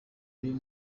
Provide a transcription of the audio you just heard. y’uyu